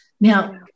Now